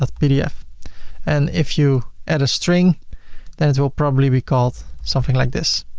ah pdf and if you add a string then it will probably be called something like this.